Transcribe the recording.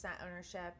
ownership